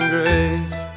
Grace